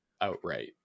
outright